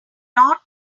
not